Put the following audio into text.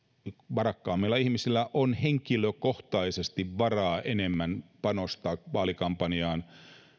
varakkaammilla ihmisillä on henkilökohtaisesti enemmän varaa panostaa vaalikampanjaan